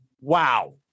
wow